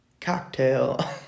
cocktail